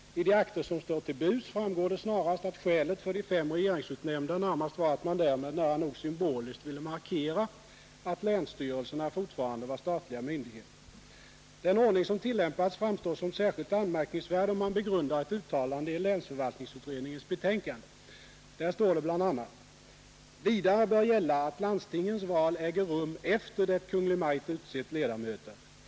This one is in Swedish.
Av de akter som står till buds framgår det snarast att skälet för att man skulle ha fem regeringsutnämnda närmast var att man därmed nära nog symboliskt ville markera att länsstyrelserna fortfarande var Den ordning som tillämpas framstår som särskilt anmärkningsvärd om man begrundar ett uttalande i länsförvaltningsutredningens betänkande. Där står det bl.a.: ”Vidare bör gälla, att landstingets val äger rum efter det Kungl. Maj:t utsett ledamöter.